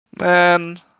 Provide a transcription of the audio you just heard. Man